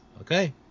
Okay